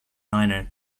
niner